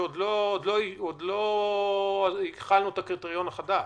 כשעוד לא החלנו את הקריטריון החדש.